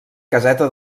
caseta